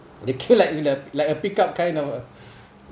they came like uh like uh pick-up kind of uh